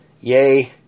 Yay